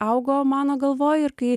augo mano galvoj ir kai